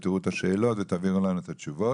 תראו את השאלות ותעבירו לנו את התשובות.